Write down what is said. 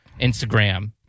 Instagram